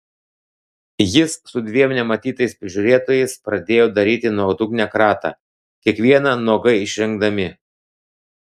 jis su dviem nematytais prižiūrėtojais pradėjo daryti nuodugnią kratą kiekvieną nuogai išrengdami